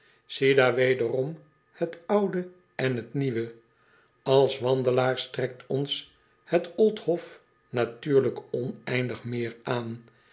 iedaar wederom het oude en het nieuwe ls wandelaars trekt ons het lthof natuurlijk oneindig meer aan